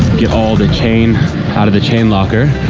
get all the chain out of the chain locker,